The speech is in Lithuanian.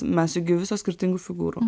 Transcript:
mes jukgi visos skirtingų figūrų